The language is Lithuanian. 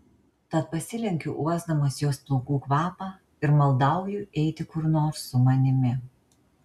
tad pasilenkiu uosdamas jos plaukų kvapą ir maldauju eiti kur nors su manimi